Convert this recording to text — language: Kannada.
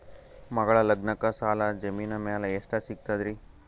ಮಗಳ ಲಗ್ನಕ್ಕ ಸಾಲ ಜಮೀನ ಮ್ಯಾಲ ಎಷ್ಟ ಸಿಗ್ತದ್ರಿ?